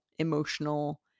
Emotional